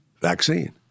vaccine